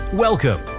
Welcome